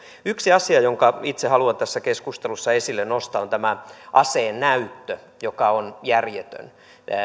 yksi asia jonka itse haluan tässä keskustelussa esille nostaa on tämä aseen näyttö joka on järjetön